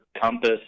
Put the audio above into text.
compass